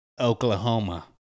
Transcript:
Oklahoma